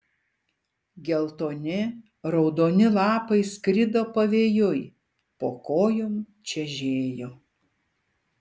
geltoni raudoni lapai skrido pavėjui po kojom čežėjo